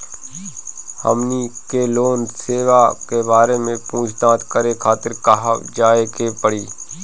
हमनी के लोन सेबा के बारे में पूछताछ करे खातिर कहवा जाए के पड़ी?